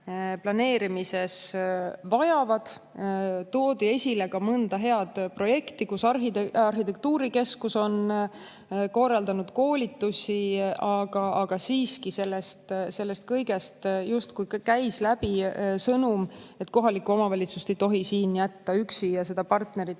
planeerimises tuge vajavad. Toodi esile ka mõni hea projekt, kus arhitektuurikeskus on korraldanud koolitusi, aga siiski sellest kõigest justkui käis läbi sõnum, et kohalikku omavalitsust ei tohi siin jätta üksi ja partnerit